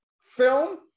film